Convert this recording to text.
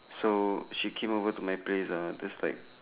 so she came over to my place ah just like